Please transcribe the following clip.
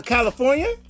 California